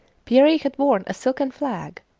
peary had worn a silken flag,